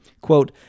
Quote